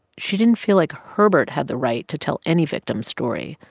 she didn't feel like herbert had the right to tell any victim's story.